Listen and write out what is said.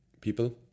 people